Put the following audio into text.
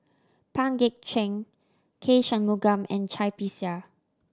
Pang Guek Cheng K Shanmugam and Cai Bixia